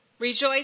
Rejoice